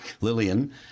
Lillian